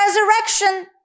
resurrection